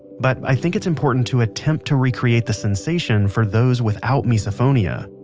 but i think it's important to attempt to recreate the sensation for those without misophonia.